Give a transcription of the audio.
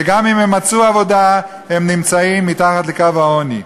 וגם אם הם מצאו עבודה הם נמצאים מתחת לקו העוני.